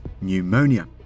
pneumonia